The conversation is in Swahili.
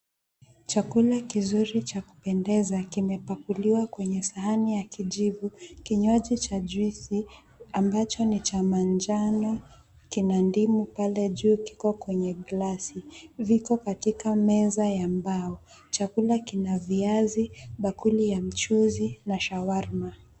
Chakula kizuri cha kupendeza kimepakuliwa kwenye sahani ya kijivu. Kinyuaji cha juisi ambacho ni cha manjano kina ndimu pale juu kiko kwenye glasi, viko katika meza ya mbao. Chakula kina viazi, bakuli ya mchuzi na shawarma.